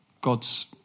God's